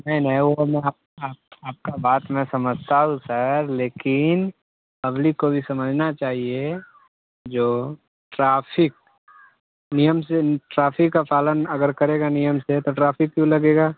नहीं नहीं वह मैं आपकी आपकी बात मैं समझता हूँ सर लेकिन पब्लिक को भी समझना चाहिए जो ट्राफिक नियम से ट्राफिक का पालन अगर करेंगे नियम से तो ट्राफिक क्यों लगेगा